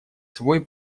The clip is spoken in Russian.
свой